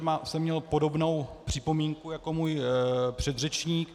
Měl jsem podobnou připomínku jako můj předřečník.